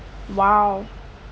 !wow!